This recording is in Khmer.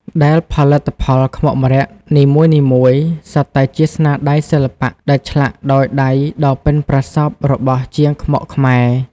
ដែលផលិតផលខ្មុកម្រ័ក្សណ៍នីមួយៗសុទ្ធតែជាស្នាដៃសិល្បៈដែលឆ្លាក់ដោយដៃដ៏ប៉ិនប្រសប់របស់ជាងខ្មុកខ្មែរ។